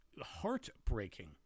heartbreaking